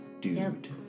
dude